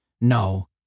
No